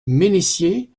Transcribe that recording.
mennessier